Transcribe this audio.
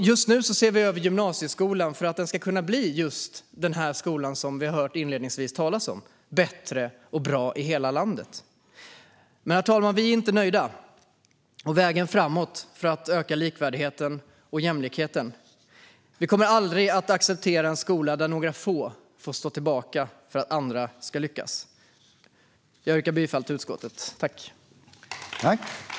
Just nu ser vi över gymnasieskolan, så att den ska kunna bli den skola som det talades om inledningsvis - bättre och bra i hela landet. Men vi är inte nöjda, herr talman. Vägen framåt är att öka likvärdigheten och jämlikheten. Vi kommer aldrig att acceptera en skola där några få får stå tillbaka för att andra ska lyckas. Jag yrkar bifall till förslaget i utskottets betänkande.